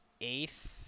eighth